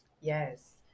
Yes